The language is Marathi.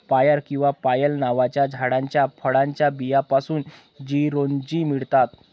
पायर किंवा पायल नावाच्या झाडाच्या फळाच्या बियांपासून चिरोंजी मिळतात